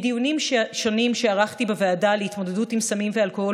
מדיונים שונים שערכתי בוועדה להתמודדות עם סמים ואלכוהול